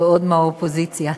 ועוד מהאופוזיציה.